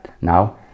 now